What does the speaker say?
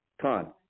Con